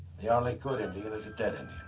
the only good indian is a dead